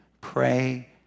pray